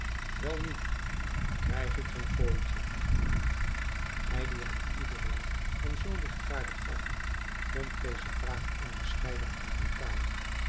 welnu krijg ik geen fooitje hij die aan iedereen en zoo lichtvaardig gaf vond deze vraag onbescheiden en brutaal